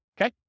Okay